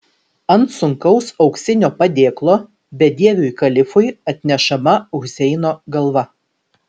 ant sunkaus auksinio padėklo bedieviui kalifui atnešama huseino galva